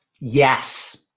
Yes